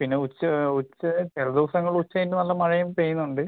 പിന്നെ ഉച്ച ഉച്ച ചില ദിവസങ്ങളിൽ ഉച്ച കഴിഞ്ഞ് നല്ല മഴയും പെയ്യുന്നുണ്ട്